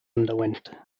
underwent